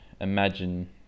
imagine